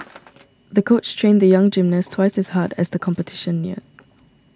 the coach trained the young gymnast twice as hard as the competition neared